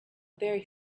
very